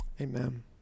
Amen